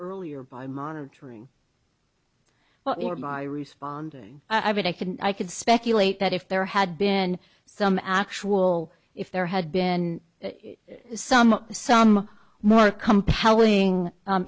earlier by monitoring well him i responding i mean i couldn't i could speculate that if there had been some actual if there had been some some more compelling